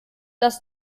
das